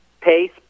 pace